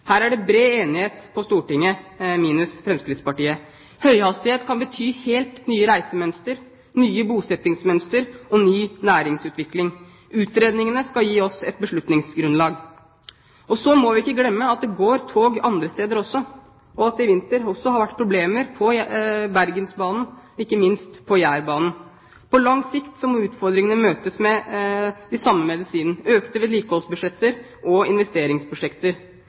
Her er det bred enighet på Stortinget – minus Fremskrittspartiet. Høyhastighet kan bety helt nye reisemønster, nye bosettingsmønster og ny næringsutvikling. Utredningene skal gi oss et beslutningsgrunnlag. Så må vi ikke glemme at det går tog andre steder også, og at det i vinter har vært problemer på Bergensbanen, og ikke minst på Jærbanen. På lang sikt må utfordringene møtes med den samme medisinen – økte vedlikeholdsbudsjetter og investeringsprosjekter.